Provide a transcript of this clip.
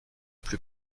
plus